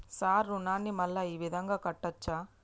Sir రుణాన్ని మళ్ళా ఈ విధంగా కట్టచ్చా?